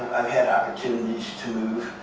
had opportunities to